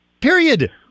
Period